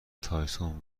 تایسون